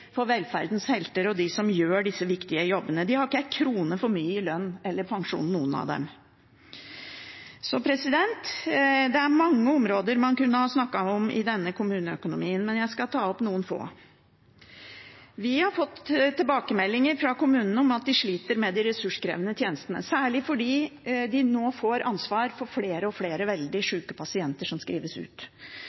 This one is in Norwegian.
for velferdens helter – de som gjør disse viktige jobbene. De har ikke en krone for mye i lønn eller pensjon noen av dem. Det er mange områder man kunne snakket om i forbindelse med denne kommuneøkonomien – og jeg skal ta opp noen få. Vi har fått tilbakemeldinger fra kommunene om at de sliter med de ressurskrevende tjenestene, særlig fordi de nå får ansvar for flere og flere veldig syke pasienter som skrives ut.